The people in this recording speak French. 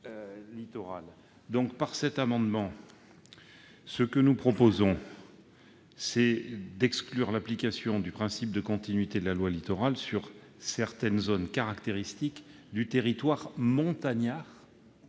biais de cet amendement, nous proposons d'exclure l'application du principe de continuité de la loi Littoral sur certaines zones caractéristiques du territoire montagnard